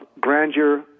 grandeur